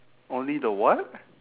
only the what